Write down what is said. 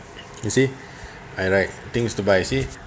you see I write things to buy you see